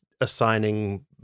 assigning